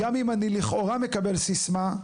גם אם אני לכאורה מקבל סיסמה,